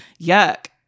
yuck